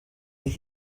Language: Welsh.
fydd